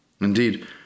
Indeed